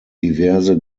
diverse